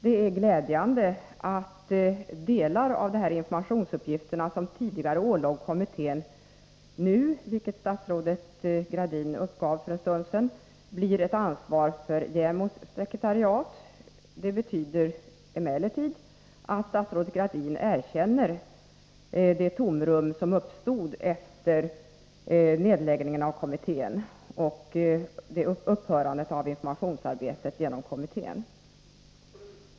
Det är glädjande att delar av de informationsuppgifter som tidigare ålåg kommittén nu, vilket statsrådet Gradin uppgav för en stund sedan, blivit ett ansvar för JämO:s sekreterare. Det betyder emellertid att statsrådet Gradin erkänner att ett tomrum uppstod efter nedläggningen av kommittén och upphörandet av dess informationsarbete.